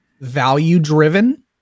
value-driven